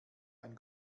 ein